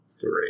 Three